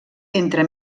entre